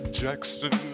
jackson